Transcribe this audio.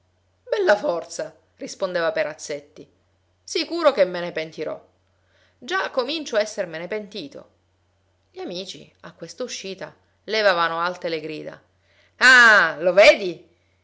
bella forza rispondeva perazzetti sicuro che me ne pentirò già già comincio a esserne pentito gli amici a questa uscita levavano alte le grida ah lo vedi